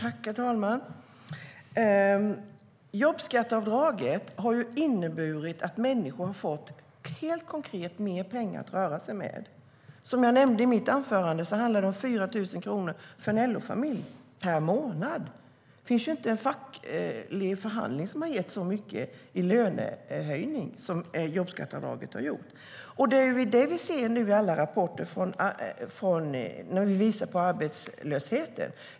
Herr talman! Jobbskatteavdraget har inneburit att människor helt konkret har fått mer pengar att röra sig med. Som jag nämnde i mitt anförande handlar det om 4 000 kronor för en LO-familj - per månad. Det finns inte en facklig förhandling som har gett så mycket i lönehöjning som jobbskatteavdraget har gjort. Det är det vi ser nu i alla rapporter om vi tittar på arbetslösheten.